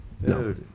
No